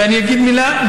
ואני אגיד מילה,